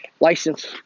license